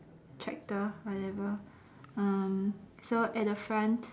tractor whatever um so at the front